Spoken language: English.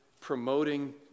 promoting